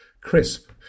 crisp